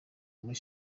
muri